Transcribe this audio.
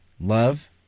love